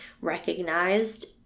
recognized